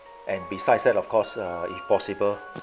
and besides that of course err if possible